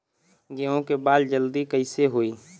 गेहूँ के बाल जल्दी कईसे होई?